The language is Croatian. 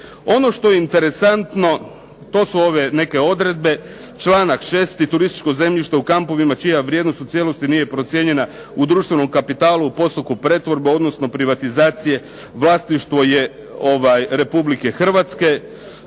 Ono što je interesantno to su ove neke odredbe, članak 6. turističko zemljište u kampovima čija vrijednost u cijelosti nije procijenjena u društvenom kapitalu u postupku pretvorbe odnosno privatizacije vlasništvo je Republike Hrvatske.